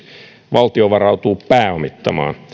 valtio varautuu pääomittamaan